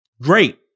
great